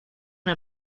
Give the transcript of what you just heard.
una